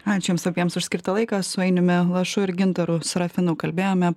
ačiū jums abiems už skirtą laiką su ainiumi lašu ir gintaru sarafinu kalbėjome